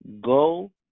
Go